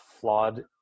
flawed